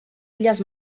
illes